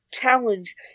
challenge